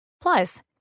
Plus